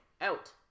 Out